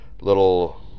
little